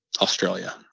Australia